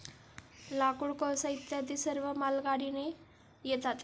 लाकूड, कोळसा इत्यादी सर्व मालगाडीने येतात